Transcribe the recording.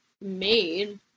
made